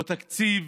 או תקציב